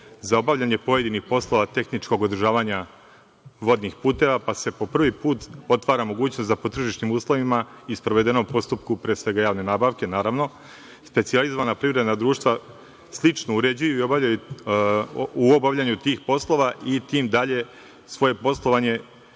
za obavljanje pojedinih poslova tehničkog održavanja vodnih puteva, pa se po prvi put otvara mogućnost da po tržišnim uslovima i sprovedenom postupku, pre svega javne nabavke, naravno, specijalizovana privredna društva slično uređuju u obavljanju tih poslova i tim dalje svoje poslovanje